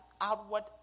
outward